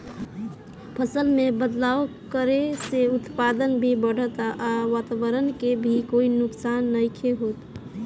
फसल में बदलाव करे से उत्पादन भी बढ़ता आ वातवरण के भी कोई नुकसान नइखे होत